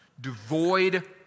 devoid